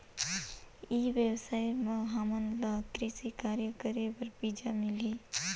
ई व्यवसाय म हामन ला कृषि कार्य करे बर बीजा मिलही?